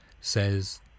says